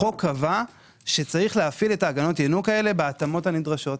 החוק קבע שצריך להפעיל את הגנות הינוקא האלה בהתאמות הנדרשות.